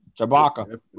Chewbacca